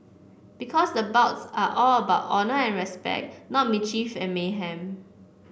because the bouts are all about honour and respect not mischief and mayhem